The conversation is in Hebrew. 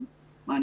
אז מה,